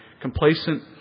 complacent